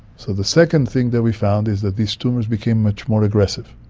so the second thing that we found is that these tumours became much more aggressive.